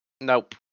Nope